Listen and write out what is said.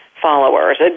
followers